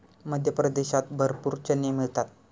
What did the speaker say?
मध्य प्रदेशात भरपूर चणे मिळतात